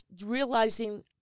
realizing